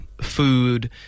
food